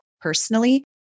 personally